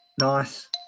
Nice